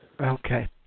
Okay